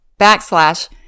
backslash